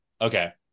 Okay